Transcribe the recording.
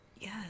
Yes